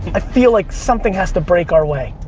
i feel like something has to break our way.